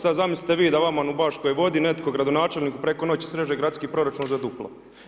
Sad zamislite vi da vama u Baškoj Vodi netko, gradonačelnik preko noći sreže gradski proračun za duplo.